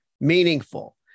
meaningful